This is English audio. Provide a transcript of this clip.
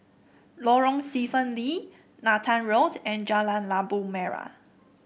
Lorong Stephen Lee Nathan Road and Jalan Labu Merah